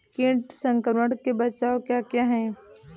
कीट संक्रमण के बचाव क्या क्या हैं?